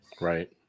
Right